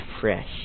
fresh